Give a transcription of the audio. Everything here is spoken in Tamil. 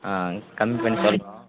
ஆ கம்மி பண்ணி தர்றோம்